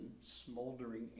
smoldering